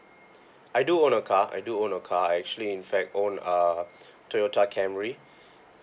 I do own a car I do own a car I actually in fact own uh Toyota Camry